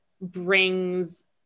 brings